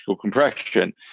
compression